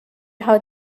how